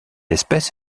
espèce